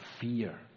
fear